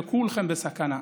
וכולכם בסכנה.